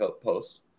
post